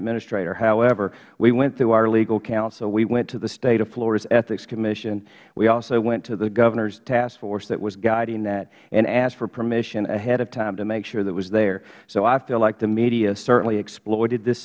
administrator however we went through our legal counsel we went to the state of florida's ethics commission we also went to the governor's task force that was guiding that and asked for permission ahead of time to make sure it was there so i feel like the media certainly exploited this